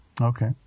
Okay